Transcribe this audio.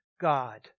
God